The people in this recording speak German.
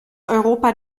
europa